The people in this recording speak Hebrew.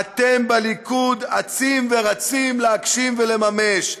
אתם בליכוד אצים ורצים להגשים ולממש.